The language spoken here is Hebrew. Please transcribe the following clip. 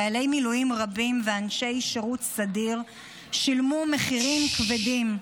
חיילי מילואים רבים ואנשי שירות סדיר שילמו מחירים כבדים.